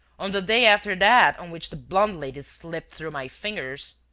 on the day after that on which the blonde lady slipped through my fingers.